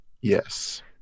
yes